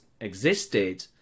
existed